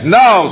no